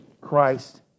Christ